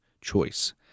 choice